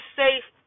safe